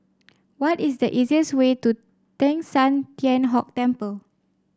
what is the easiest way to Teng San Tian Hock Temple